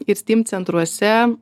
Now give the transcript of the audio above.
ir steam centruose